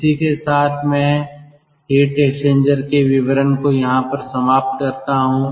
इसी के साथ मैं हीट एक्सचेंजर के विवरण को यहां पर समाप्त करता हूं